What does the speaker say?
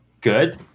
good